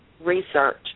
Research